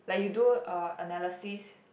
like you do a analysis